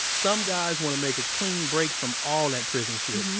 some guys wanna make a clean break from all that prison shit.